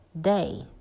day